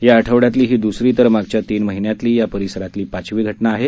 या आठवड्यातली हि दुसरी तर मागच्या तीन महिन्यातली या परिसरातली ही पाचवी घटना आहे